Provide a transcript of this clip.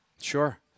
Sure